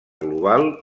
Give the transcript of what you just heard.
global